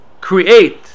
create